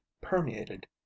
permeated